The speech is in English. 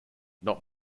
not